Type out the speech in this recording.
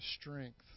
strength